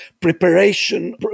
preparation